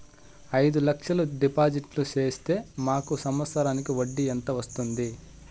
అయిదు లక్షలు డిపాజిట్లు సేస్తే మాకు సంవత్సరానికి వడ్డీ ఎంత వస్తుంది?